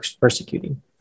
persecuting